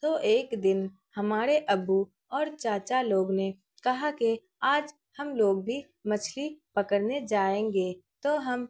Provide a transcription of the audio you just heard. تو ایک دن ہمارے ابو اور چاچا لوگ نے کہا کہ آج ہم لوگ بھی مچھلی پکڑنے جائیں گے تو ہم